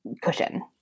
cushion